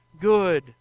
good